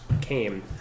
came